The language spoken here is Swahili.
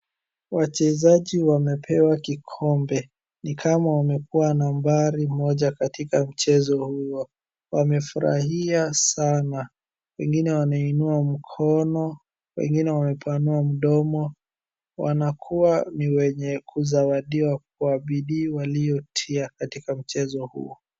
Wachezaji wamepewa kikombe. Ni kama wamekuwa nambari moja katika mchezo huo. Wamefurahia sana, wengine wanainua mkono, wengine wamepanua mdomo, wanakuwa ni wenye kuzawadiwa kwa bidii waliotia katika mchezo huo.